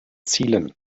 zielen